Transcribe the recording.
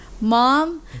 Mom